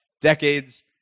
decades